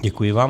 Děkuji vám.